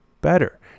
better